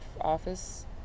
Office